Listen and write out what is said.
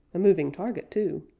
a moving target too.